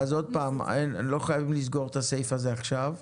עוד פעם, לא חייבים לסגור את הסעיף הזה עכשיו,